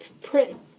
print